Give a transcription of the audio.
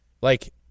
like-